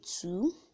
two